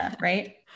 Right